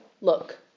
look